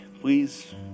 Please